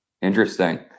Interesting